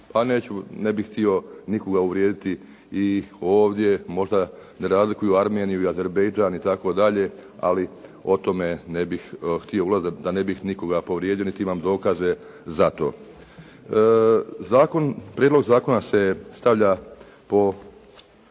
a ne bih htio nekoga uvrijediti i ovdje možda ne razlikuju Armeniju i Azerbejdžan itd. ali o tome ne bih htio ulaziti, da ne bih nikoga povrijedio niti imam dokaze za to. Prijedlog zakona se stavlja u